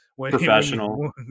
Professional